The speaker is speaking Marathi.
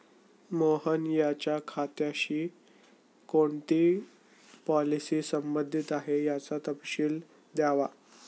मोहन यांच्या खात्याशी कोणती पॉलिसी संबंधित आहे, याचा तपशील द्यावा